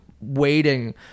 waiting